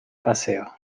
paseo